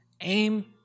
aim